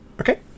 okay